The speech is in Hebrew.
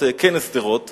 שדרות